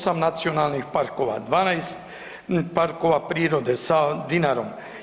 8 nacionalnih parkova, 12 parkova prirode sa Dinarom.